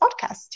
podcast